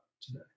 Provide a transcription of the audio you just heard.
today